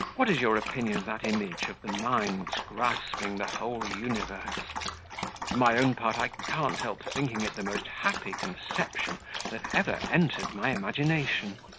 what is your opinion of that image of the mind's grasping the whole universe? for my own part, i can't help thinking it the most happy conception that ever entered my imagination.